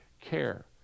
care